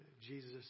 Jesus